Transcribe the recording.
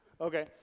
Okay